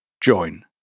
join